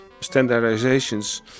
standardizations